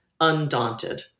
undaunted